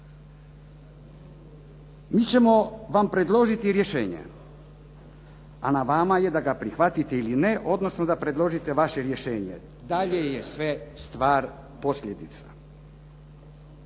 Mi ćemo vam predložiti rješenje, a na vama je da ga prihvatite ili ne, odnosno da predložite vaše rješenje. Dalje je sve stvar posljedica.